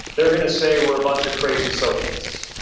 they're going to say we're a bunch of crazy socialists.